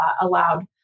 allowed